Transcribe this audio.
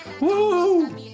Woo